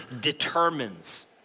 determines